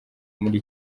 muri